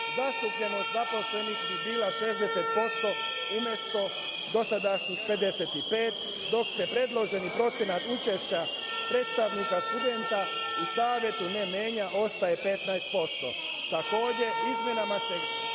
Zastupljenost zaposlenih bi bila 60% umesto dosadašnjih 55%, dok se predloženi procenat učešća predstavnika studenata u savetu ne menja, ostaje 15%.